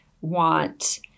want